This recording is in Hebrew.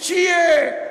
שיהיה.